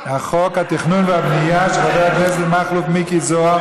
חוק התכנון והבנייה, של חבר הכנסת מכלוף מיקי זוהר